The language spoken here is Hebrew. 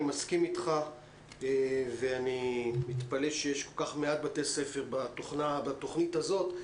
אני מסכים איתך ואני מתפלא שיש כל כך מעט בתי ספר בתוכנית הזאת.